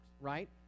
right